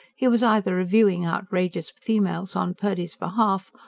he was either reviewing outrageous females on purdy's behalf,